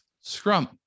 Scrum